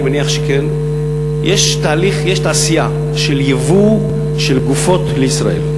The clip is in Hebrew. אני מניח שכן, יש תעשייה של ייבוא גופות לישראל,